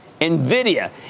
NVIDIA